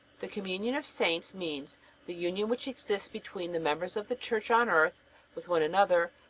the communion of saints means the union which exists between the members of the church on earth with one another,